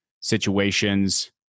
situations